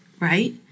Right